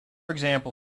example